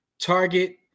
Target